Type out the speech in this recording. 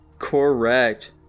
Correct